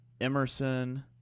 Emerson